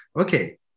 okay